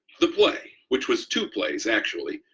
the play, which was two plays actually,